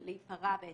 להיפרע ממנו.